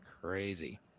crazy